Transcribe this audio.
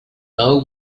know